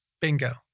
Bingo